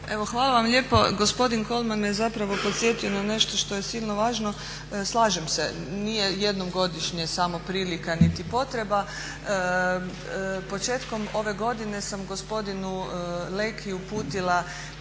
hvala vam lijepo. Gospodin Kolman me zapravo podsjetio ne nešto što je silno važno. Slažem se nije jednom godišnje samo prilika niti potreba. Početkom ove godine sam gospodinu Leki uputila